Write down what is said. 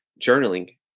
journaling